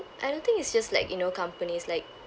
I don't think it's just like you know companies like